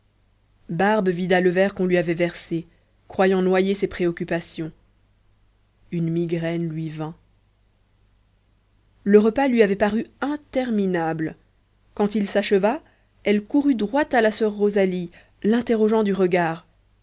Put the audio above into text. barbe vida le verre qu'on lui avait versé croyant noyer ses préoccupations une migraine lui vint le repas lui avait paru interminable quand il s'acheva elle courut droit à la soeur rosalie l'interrogeant du regard